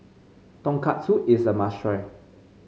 Tonkatsu is a must try